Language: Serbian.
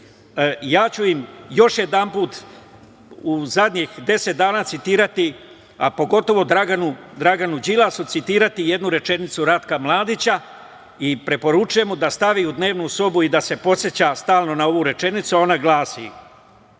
ja ću im još jednom u poslednjih deset dana, a pogotovo Draganu Đilasu, citirati jednu rečenicu Ratka Mladića i preporučujem mu da stavi u dnevnu sobu i da se podseća stalno na ovu rečenicu, a ona glasi: